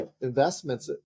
investments